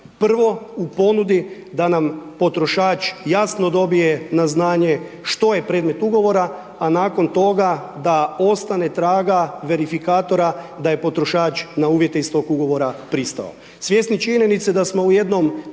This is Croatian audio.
Prvo, u ponudi da nam potrošač jasno dobije na znanje što je predmet ugovora, a nakon toga da ostane traga verifikatora da je potrošač na uvjete iz tog ugovora pristao. Svjesni činjenice da smo u jednom